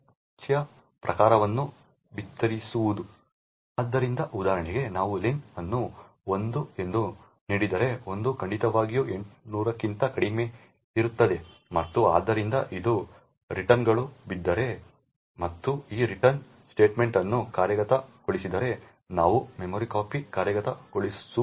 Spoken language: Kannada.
ಆದ್ದರಿಂದ ಉದಾಹರಣೆಗೆ ನಾವು ಲೆನ್ ಅನ್ನು 1 ಎಂದು ನೀಡಿದರೆ 1 ಖಂಡಿತವಾಗಿಯೂ 800 ಕ್ಕಿಂತ ಕಡಿಮೆಯಿರುತ್ತದೆ ಮತ್ತು ಆದ್ದರಿಂದ ಇದು ರಿಟರ್ನ್ಗಳು ಬಿದ್ದರೆ ಮತ್ತು ಈ ರಿಟರ್ನ್ ಸ್ಟೇಟ್ಮೆಂಟ್ ಅನ್ನು ಕಾರ್ಯಗತಗೊಳಿಸದಿದ್ದರೆ ನಾವು ಮೆಮ್ಸಿಪಿಯನ್ನು ಕಾರ್ಯಗತಗೊಳಿಸುತ್ತೇವೆ